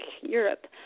Europe